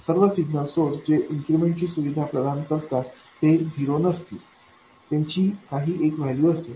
सर्व signal source जे increment ची सुविधा प्रदान करतात ते झिरो नसतील त्यांची काही एक व्हॅल्यू असेल